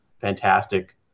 fantastic